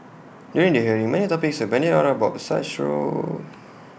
during the hearing many topics were bandied about such role